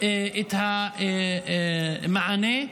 את המענה,